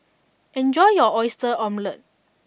enjoy your Oyster Omelette